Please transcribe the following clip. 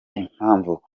impamvu